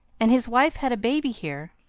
and his wife had a baby here.